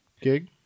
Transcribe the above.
gig